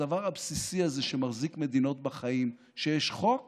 הדבר הבסיסי שמחזיק מדינות בחיים הוא שיש חוק